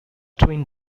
twin